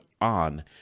on